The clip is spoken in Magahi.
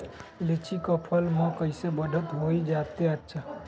लिचि क फल म कईसे बढ़त होई जादे अच्छा?